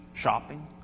Shopping